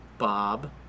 Bob